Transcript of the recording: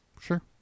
Sure